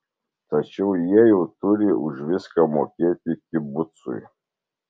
tačiau jie jau turi už viską mokėti kibucui